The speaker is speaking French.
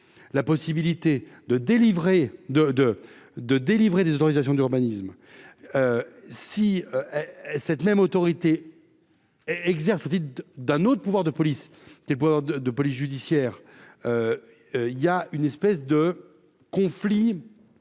de, de, de délivrer des autorisations d'urbanisme, si cette même autorité et exerce vous dites d'un autre pouvoir de police des pouvoirs de police judiciaire, il y a une espèce de conflit.